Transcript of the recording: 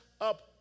up